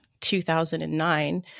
2009